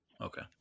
okay